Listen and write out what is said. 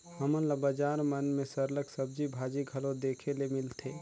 हमन ल बजार मन में सरलग सब्जी भाजी घलो देखे ले मिलथे